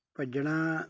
ਭੱਜਣਾ